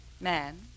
Man